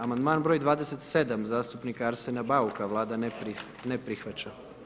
Amandman broj 27., zastupnika Arsena Bauka, Vlada ne prihvaća.